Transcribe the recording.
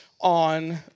on